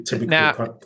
Now